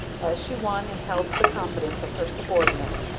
as she won and held the confidence of her subordinates,